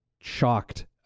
shocked